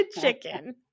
chicken